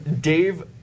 Dave